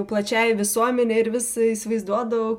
plačiai visuomenei ir vis įsivaizduodavau